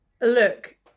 look